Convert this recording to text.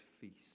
feast